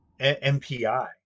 MPI